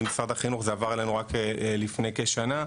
משרד החינוך זה עבר אלינו רק לפני כשנה,